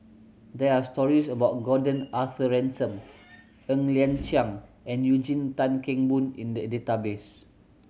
there are stories about Gordon Arthur Ransome Ng Liang Chiang and Eugene Tan Kheng Boon in the database